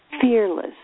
fearless